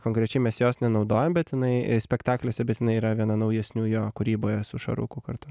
konkrečiai mes jos nenaudojam bet jinai spektakliuose bet jinai yra viena naujesnių jo kūryboje su šaruku kartu